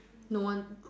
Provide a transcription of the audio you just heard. no one